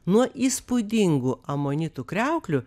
nuo įspūdingų amonitų kriauklių